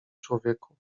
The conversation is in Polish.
człowieku